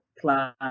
plan